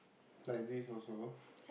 like this also